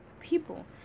people